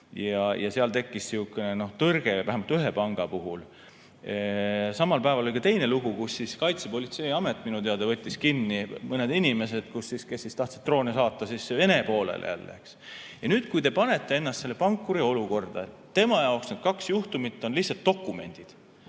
sihuke tõrge, vähemalt ühe panga puhul. Samal päeval oli ka teine lugu: Kaitsepolitseiamet minu teada võttis kinni mõned inimesed, kes tahtsid droone saata Vene poolele jälle, eks. Nüüd, kui te panete ennast selle pankuri olukorda, tema jaoks need kaks juhtumit on lihtsalt dokumendid.